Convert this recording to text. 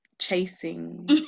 chasing